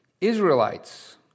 Israelites